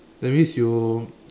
that means you